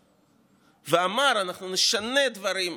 ואמר: אנחנו נשנה דברים.